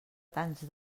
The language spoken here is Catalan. tants